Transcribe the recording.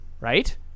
right